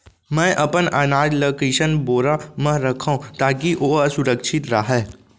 मैं अपन अनाज ला कइसन बोरा म रखव ताकी ओहा सुरक्षित राहय?